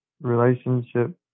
relationship